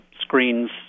screens